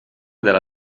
della